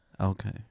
Okay